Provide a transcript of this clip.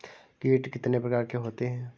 कीट कितने प्रकार के होते हैं?